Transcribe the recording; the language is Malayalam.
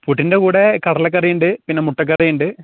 പുട്ടിൻ്റെ കൂടെ കടലക്കറിയുണ്ട് പിന്നെ മുട്ടക്കറിയുണ്ട്